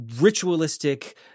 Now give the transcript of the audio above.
ritualistic